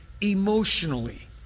emotionally